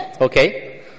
okay